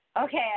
Okay